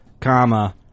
comma